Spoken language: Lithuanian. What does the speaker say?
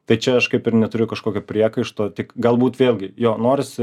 tai čia aš kaip ir neturiu kažkokio priekaišto tik galbūt vėlgi jo norisi